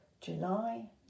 July